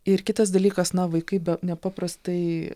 ir kitas dalykas na vaikai nepaprastai